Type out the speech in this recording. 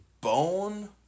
Bone